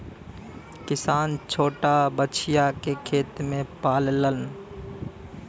किसान छोटा बछिया के खेत में पाललन